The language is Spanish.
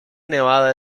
nevada